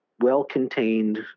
well-contained